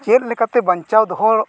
ᱪᱮᱫ ᱞᱮᱠᱟᱛᱮ ᱵᱟᱧᱪᱟᱣ ᱫᱚᱦᱚ